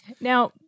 Now